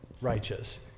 righteous